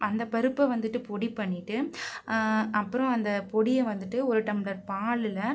அந்த பருப்பை வந்துட்டு பொடி பண்ணிட்டு அப்புறம் அந்த பொடியை வந்துட்டு ஒரு டம்ப்ளர் பாலில்